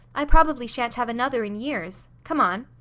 i probably shan't have another in years. come on.